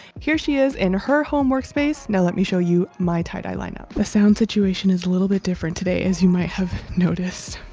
here she is in her home workspace. now let me show you my tie-dye line up. the sound situation is a little bit different today as you might have noticed.